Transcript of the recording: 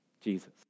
Jesus